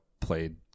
played